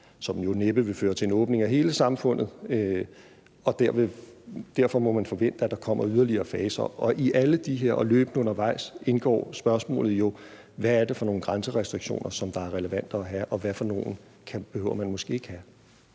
som jo næppe vil føre til en åbning af hele samfundet, og derfor må man forvente, at der kommer yderligere faser. I alle de her faser – og løbende undervejs – indgår spørgsmålet jo: Hvad er det for nogle grænserestriktioner, der er relevante at have, og hvad for nogle behøver man måske ikke at have?